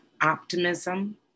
optimism